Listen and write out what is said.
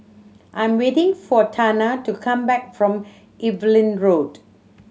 I'm waiting for Tana to come back from Evelyn Road